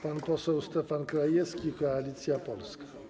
Pan poseł Stefan Krajewski, Koalicja Polska.